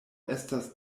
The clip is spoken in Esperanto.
estas